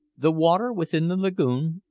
the water within the lagoon,